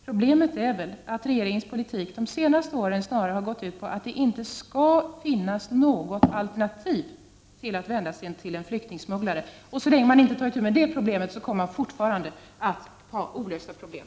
Problemet är väl att regeringens politik de 39 senaste åren snarare har gått ut på att det inte skall finnas något alternativ till att vända sig till en flyktingsmugglare. Så länge man inte tar itu med detta problem kommer man att ha olösta problem.